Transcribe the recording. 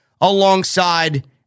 alongside